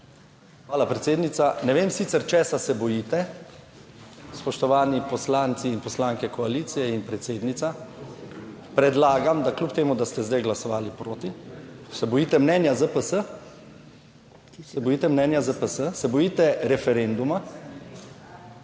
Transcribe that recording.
Hvala, predsednica. Ne vem sicer, česa se bojite, spoštovani poslanci in poslanke koalicije in predsednica, predlagam, da kljub temu, da ste zdaj glasovali proti, se bojite mnenja ZPS, se bojite mnenja ZPS, se bojite referenduma?